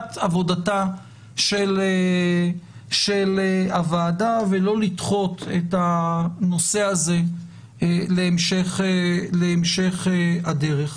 בתחילת עבודתה של הוועדה ולא לדחות את הנושא הזה להמשך הדרך.